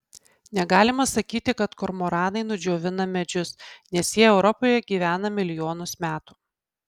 negalima sakyti kad kormoranai nudžiovina medžius nes jie europoje gyvena milijonus metų